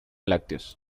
lácteos